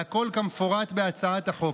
והכול כמפורט בהצעת החוק.